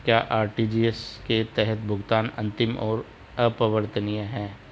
क्या आर.टी.जी.एस के तहत भुगतान अंतिम और अपरिवर्तनीय है?